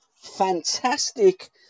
Fantastic